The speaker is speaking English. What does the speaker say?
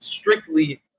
strictly